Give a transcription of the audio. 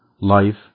life